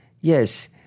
Yes